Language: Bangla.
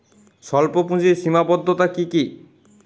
স্বল্পপুঁজির সীমাবদ্ধতা কী কী?